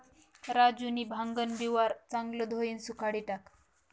राजूनी भांगन बिवारं चांगलं धोयीन सुखाडी टाकं